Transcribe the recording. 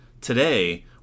Today